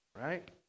Right